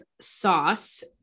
sauce